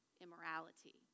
immorality